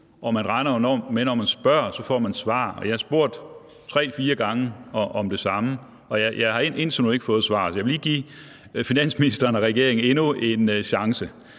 og man regner jo med, at når man spørger, får man svar. Jeg har spurgt tre-fire gange om det samme, og jeg har indtil nu ikke fået et svar. Jeg vil lige give finansministeren og regeringen endnu en chance: